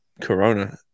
corona